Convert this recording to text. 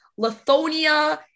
Lithonia